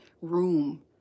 room